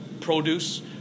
produce